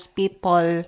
people